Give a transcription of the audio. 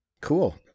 Cool